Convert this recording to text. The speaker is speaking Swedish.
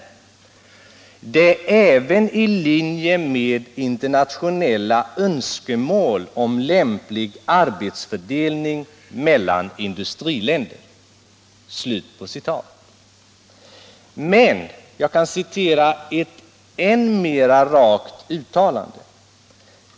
Det är även i linje med internationella önskemål om lämplig arbetsfördelning mellan industriländer.” Men jag kan citera ett ännu mera rakt uttalande.